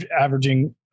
averaging